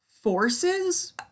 Forces